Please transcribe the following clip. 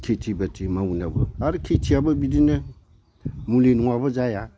खेथि बाथि मावनायावनो आरो खेथियिवबो बिदिनो मुलि नङाब्ला जाया